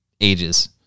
ages